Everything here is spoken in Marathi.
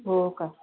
हो का